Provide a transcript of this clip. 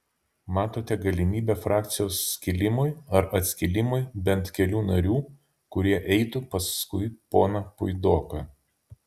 matote galimybę frakcijos skilimui ar atskilimui bent kelių narių kurie eitų paskui poną puidoką